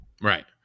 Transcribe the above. Right